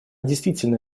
действительно